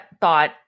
thought